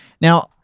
Now